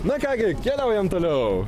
na ką gi keliaujam toliau